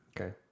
Okay